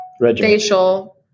facial